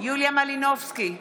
יוליה מלינובסקי קונין,